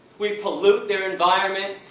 we pollute their environment.